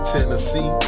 Tennessee